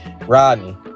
Rodney